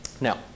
Now